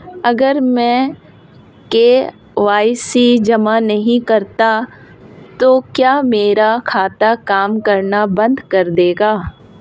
अगर मैं के.वाई.सी जमा नहीं करता तो क्या मेरा खाता काम करना बंद कर देगा?